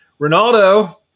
Ronaldo